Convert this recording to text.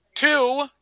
Two